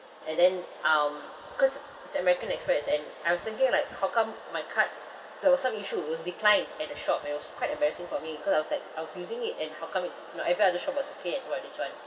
and then um cause it's American Express and I was thinking like how come my card there was some issue it was declined at the shop and it was quite embarrassing for me cause I was like I was using it and how come it's you know every other shop was okay except for this [one]